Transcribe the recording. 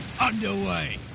underway